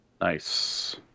Nice